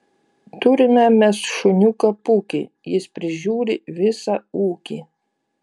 turime mes šuniuką pūkį jis prižiūri visą ūkį